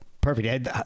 perfect